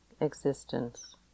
existence